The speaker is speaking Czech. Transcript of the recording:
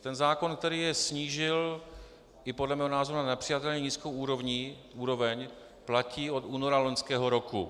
Ten zákon, který je snížil na podle mého názoru nepřijatelně nízkou úroveň, platí od února loňského roku.